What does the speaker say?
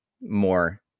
more